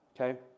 Okay